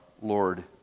Lord